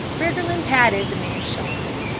briggerland patted the man's shoulder.